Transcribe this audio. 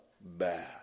bad